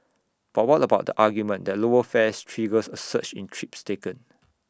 but what about the argument that lower fares triggers A surge in trips taken